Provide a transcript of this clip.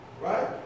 Right